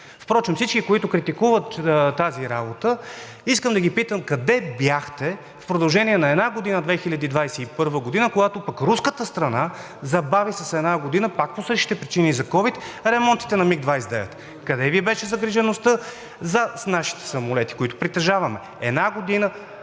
Впрочем всички, които критикуват тази работа, искам да ги питам: къде бяхте в продължение на една година – 2021 г., когато пък руската страна забави с една година, пак по същите причини – за ковид, ремонтите на МиГ-29? Къде Ви беше загрижеността за нашите самолети, които притежаваме? Една година